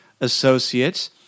associates